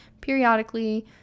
periodically